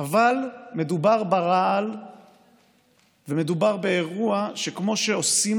אבל מדובר ברעל ומדובר באירוע שכמו שעושים